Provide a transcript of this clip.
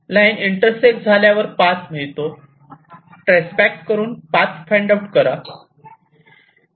line intersect झाल्यावर path मिळतो trace back करून पाथ फाईंड आऊट करा